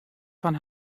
fan